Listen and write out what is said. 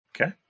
Okay